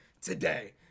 today